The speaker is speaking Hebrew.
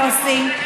יוסי,